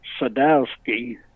Sadowski